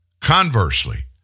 Conversely